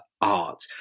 art